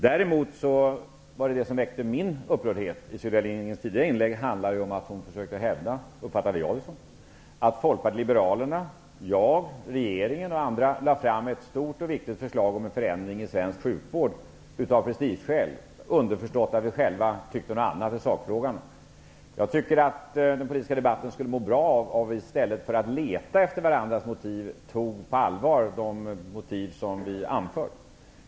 Det som väckte min upprördhet i Sylvia Lindgrens tidigare inlägg var att hon försökte hävda, som jag uppfattade det, att Folkpartiet liberalerna, jag, regeringen och andra lade fram ett stort och viktigt förslag om en förändring i svensk sjukvård av prestigeskäl -- underförstått att vi själva tyckte något annat i sakfrågan. Jag tycker att den politiska debatten skulle må bra av att man i stället för att leta varandras motiv tog på allvar de motiv som anförs.